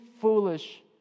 foolish